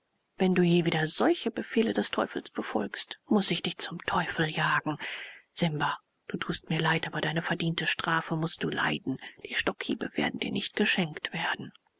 wenn du je wieder solche befehle des teufels befolgst muß ich dich zum teufel jagen simba du tust mir leid aber deine verdiente strafe mußt du leiden die stockhiebe werden dir nicht geschenkt werden